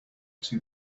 too